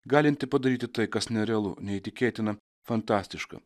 galinti padaryti tai kas nerealu neįtikėtina fantastiška